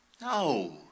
No